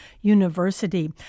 University